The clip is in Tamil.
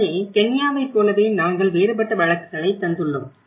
எனவே கென்யாவைப் போலவே நாங்கள் வேறுபட்ட வழக்குகளை தந்துள்ளோம்